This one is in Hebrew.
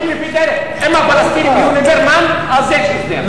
אם הפלסטינים היו ליברמן אז יש סיכוי להסדר.